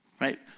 right